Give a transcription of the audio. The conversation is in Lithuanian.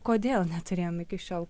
kodėl neturėjom iki šiol